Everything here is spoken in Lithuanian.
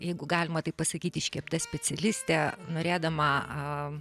jeigu galima taip pasakyti iškepta specialistė norėdama